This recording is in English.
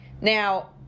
Now